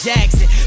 Jackson